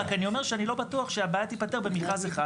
רק אני אומר שאני לא בטוח שהבעיה תיפתר במכרז אחד.